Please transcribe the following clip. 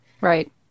Right